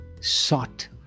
Sought